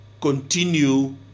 continue